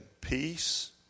peace